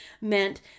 meant